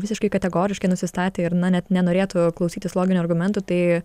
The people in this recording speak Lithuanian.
visiškai kategoriškai nusistatę ir na net nenorėtų klausytis loginių argumentų tai